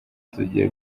tugiye